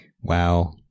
Wow